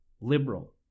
Liberal